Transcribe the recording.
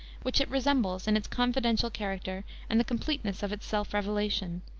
which it resembles in its confidential character and the completeness of its self-revelation,